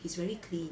he's really clean